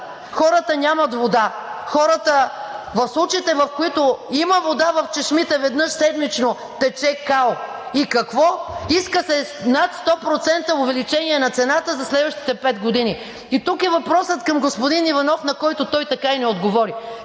Хората нямат вода, а в случаите, когато има вода в чешмите веднъж седмично, тече кал! И какво? Искате над 100% увеличение на цената за следващите пет години. И тук е въпросът към господин Иванов, на който той така и не отговори: